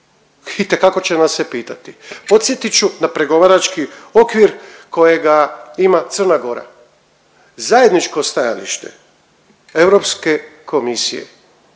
Itekako će nas se pitati. Podsjetit ću na pregovarački okvir kojega ima Crna Gora. Zajedničko stajalište EK-a i